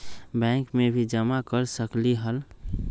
Bank में भी जमा कर सकलीहल?